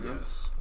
Yes